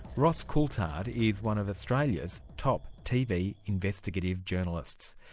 ross coulthart is one of australia's top tv investigative journalists.